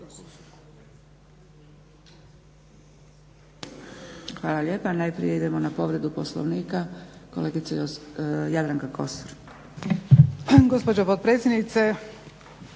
Hvala lijepa. Najprije idemo na povredu Poslovnika. Kolegice Jadranka Kosor.